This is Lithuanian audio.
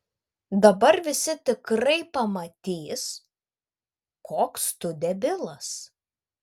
dabar visi tikrai pamatys koks tu debilas